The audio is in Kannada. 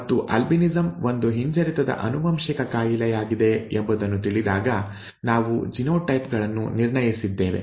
ಮತ್ತು ಆಲ್ಬಿನಿಸಂ ಒಂದು ಹಿಂಜರಿತದ ಆನುವಂಶಿಕ ಕಾಯಿಲೆಯಾಗಿದೆ ಎಂಬುದನ್ನು ತಿಳಿದಾಗ ನಾವು ಜಿನೋಟೈಪ್ ಗಳನ್ನು ನಿರ್ಣಯಿಸಿದ್ದೇವೆ